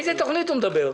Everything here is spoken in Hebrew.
על איזו תוכנית הוא מדבר?